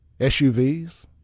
SUVs